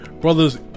brothers